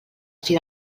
tira